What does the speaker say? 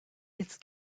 its